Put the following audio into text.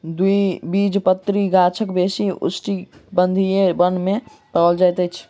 द्विबीजपत्री गाछ बेसी उष्णकटिबंधीय वन में पाओल जाइत अछि